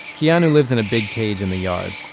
kianu lives in a big cage in the yard.